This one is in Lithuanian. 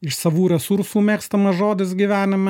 iš savų resursų mėgstamas žodis gyvenime